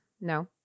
no